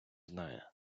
знає